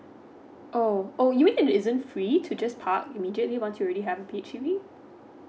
oh you mean it isn't free to just park immediately once you already have a H_D_B